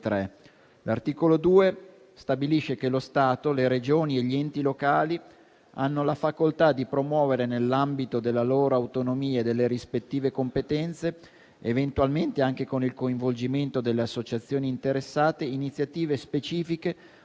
L'articolo 2 stabilisce che lo Stato, le Regioni e gli enti locali hanno la facoltà di promuovere, nell'ambito della loro autonomia e delle rispettive competenze, eventualmente anche con il coinvolgimento delle associazioni interessate, iniziative specifiche,